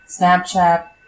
Snapchat